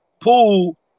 pool